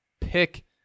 pick